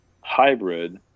hybrid